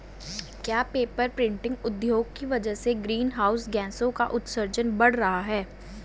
क्या paper printing उद्योग की वजह से ग्रीन हाउस गैसों का उत्सर्जन बढ़ रहा है?